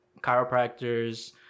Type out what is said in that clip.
chiropractors